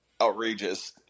outrageous